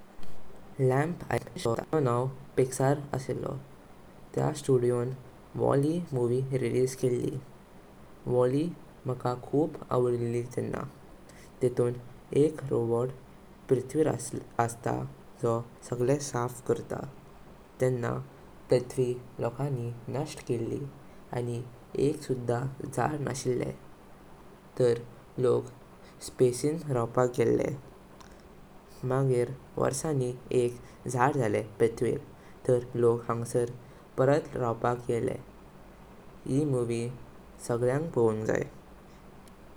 Lamp ऐकुन मका एक अॅनिमेशन स्टुडिओ चो लोगो याद येता। तेजो नाव पिक्सार आसलो। त्यां स्टुडिओं वाल-ई मुवी रिलीज केली। वाल-ई मका खूप आवडली तेन्ना, तीतून एक रोबोट पृथ्वीर अस्तां जो सगळे साप करता। तेन्ना पृथ्वी लोकांनि नष्ट केली आनी एक सुद्धा जाड नाशिले। तऱ लो़ग स््पासिन रांवपाक गेले। मागीर वार्सानिं एक जाड जाळे पृथ्वीवर तऱ लोक हांग्सार परत रांवपाक येले। ही मुवी सगळ्याक पावुंग जाई।